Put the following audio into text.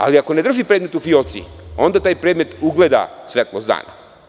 Ali, ako ne drži predmet u fioci, onda taj predmet ugleda svetlost dana.